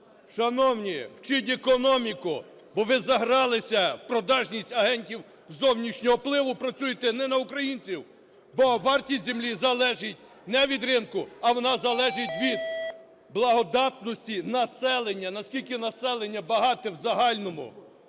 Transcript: шановні, вчіть економіку, бо ви загралися в продажність агентів зовнішнього впливу, працюєте не на українців. Бо вартість землі залежить не від ринку, а вона залежить від благодатності населення, наскільки населення багате в загальному.